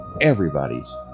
Everybody's